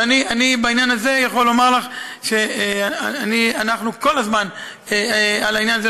אבל בעניין הזה אני יכול לומר לך שאנחנו כל הזמן עם העניין הזה.